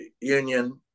Union